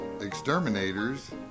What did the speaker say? exterminators